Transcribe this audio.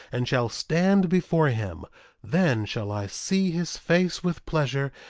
and shall stand before him then shall i see his face with pleasure,